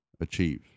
achieve